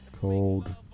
called